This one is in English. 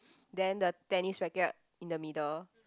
then the tennis racket in the middle